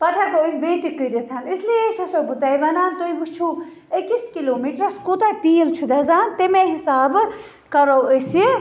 پَتہٕ ہیٚکو أسۍ بیٚیہِ تہِ کٔرِتھ اِسلیے چھَسو بہٕ تۄہہِ وَنان تُہۍ وُچھِو أکِس کِلو میٖٹرَس کوتاہ تیٖل چھُ دَزان تَمے حِسابہٕ کَرَو أسۍ یہِ